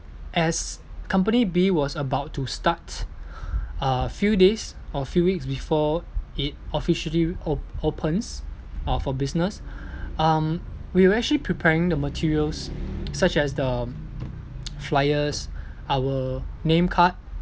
as company B was about to start a few days or few weeks before it officially op~ opens uh for business um we were actually preparing the materials such as the flyers our name card